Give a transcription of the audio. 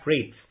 rates